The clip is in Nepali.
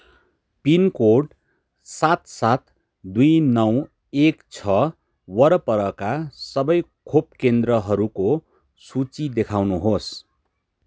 पिनकोड सात सात दुई नौ एक छ वरपरका सबै खोप केन्द्रहरूको सूची देखाउनुहोस्